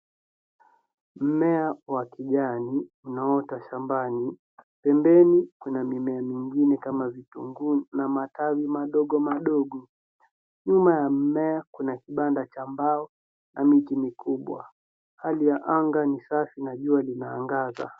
Mmea wa kijani unaota shambani. Pembeni kuna mimea mingine kama vitunguu na matawi madogo madogo. Nyuma ya mmea kuna kibanda cha mbao na miti mikubwa. Hali ya anga ni safi na jua linaangaza.